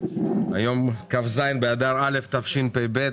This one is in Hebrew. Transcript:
היום כ"ז באדר א' תשפ"ב,